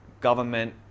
government